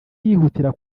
yihutira